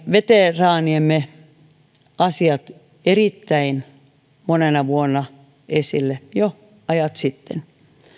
veteraaniemme asiat erittäin monena vuonna esille jo ajat sitten